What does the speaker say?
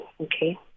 okay